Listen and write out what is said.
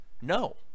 No